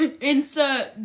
Insert